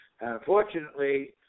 Unfortunately